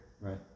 Right